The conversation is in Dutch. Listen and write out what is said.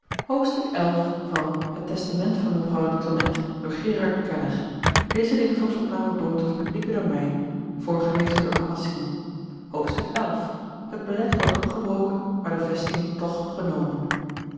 keller het testament van mevrouw de tonnette xi het beleg wordt opgebroken maar de vesting toch genomen